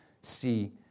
see